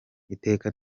iteka